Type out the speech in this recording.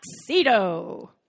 tuxedo